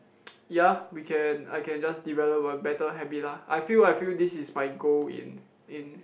yea we can I can just develop a better habit lah I feel I feel this is my goal in in